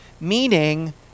meaning